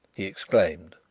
he exclaimed,